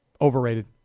Overrated